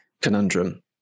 conundrum